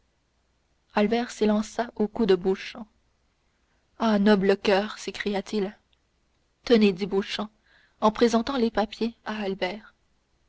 albert s'élança au cou de beauchamp ah noble coeur s'écria-t-il tenez dit beauchamp en présentant les papiers à albert